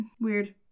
Weird